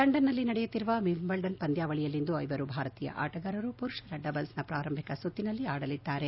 ಲಂಡನ್ನಲ್ಲಿ ನಡೆಯುತ್ತಿರುವ ವಿಂಬಲ್ಲನ್ ಪಂದ್ಯಾವಳಿಯಲ್ಲಿಂದು ಐವರು ಭಾರತೀಯ ಆಟಗಾರರು ಪುರುಷರ ಡಬಲ್ಸ್ನ ಪ್ರಾರಂಭಿಕ ಸುತ್ತಿನಲ್ಲಿ ಆಡಲಿದ್ದಾರೆ